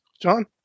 John